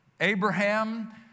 Abraham